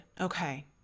Okay